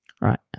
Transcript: Right